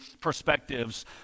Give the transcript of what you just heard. perspectives